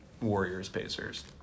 Warriors-Pacers